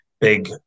big